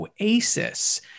oasis